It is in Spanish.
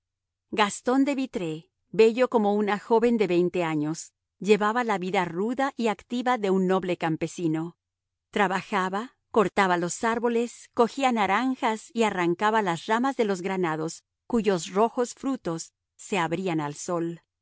gastón de vitré bello como una joven de veinte años llevaba la vida ruda y activa de un noble campesino trabajaba cortaba los árboles cogía naranjas y arrancaba las ramas de los granados cuyos rojos frutos se abrían al sol